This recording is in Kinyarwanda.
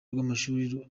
rw’amashuri